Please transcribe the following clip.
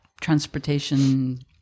transportation